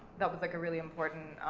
that was, like, a really important